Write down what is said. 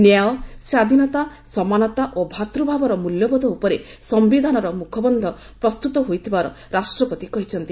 ନ୍ୟାୟ ସ୍ୱାଧୀନତା ସମାନତା ଓ ଭ୍ରାତୃଭାବର ମୂଲ୍ୟବୋଧ ଉପରେ ସିୟିଧାନର ମୁଖବନ୍ଧ ପ୍ରସ୍ତୁତ ହୋଇଥିବାର ରାଷ୍ଟ୍ରପତି କହିଛନ୍ତି